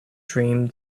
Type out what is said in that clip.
dream